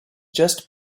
just